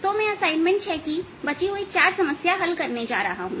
तो मैं असाइनमेंट 6 की बची हुई चार समस्या हल करने जा रहा हूं